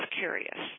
curious